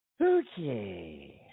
Okay